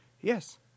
Yes